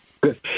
Good